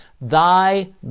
thy